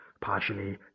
partially